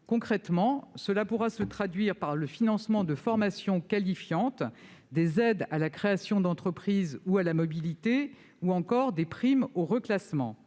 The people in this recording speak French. Concrètement, cela pourra se traduire par le financement de formations qualifiantes, par le versement d'aides à la création d'entreprise ou à la mobilité, ou encore par des primes au reclassement.